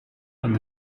and